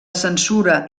censura